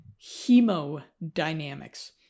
hemodynamics